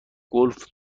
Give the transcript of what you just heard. گلف